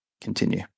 continue